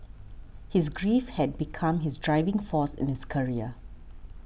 his grief had become his driving force in his career